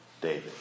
David